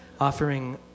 Offering